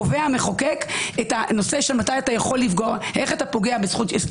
קובע המחוקק את הנושא של איך אתה פוגע בזכות יסוד,